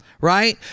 right